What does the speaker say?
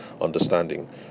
understanding